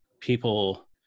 people